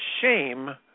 shame